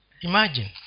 Imagine